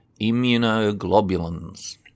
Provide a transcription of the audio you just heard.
immunoglobulins